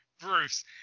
Bruce